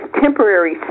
temporary